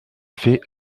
fait